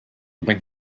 when